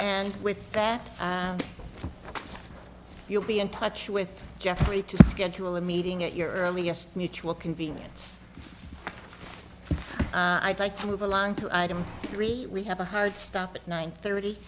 and with that you'll be in touch with jeffrey to schedule a meeting at your earliest mutual convenience i'd like to move along to item three we have a hard stop at nine thirty